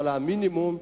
אבל המינימום,